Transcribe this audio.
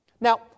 Now